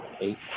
eight